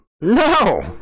No